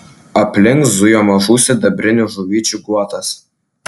aplink zujo mažų sidabrinių žuvyčių guotas